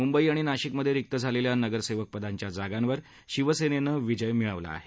मुंबई आणि नाशिकमध्ये रिक्त झालेल्या नगरसेवकपदाच्या जागांवर शिवसेनेनं विजय मिळवला आहे